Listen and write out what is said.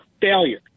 failure